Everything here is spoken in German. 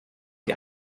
die